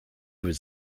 was